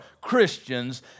Christians